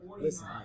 listen